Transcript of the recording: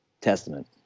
Testament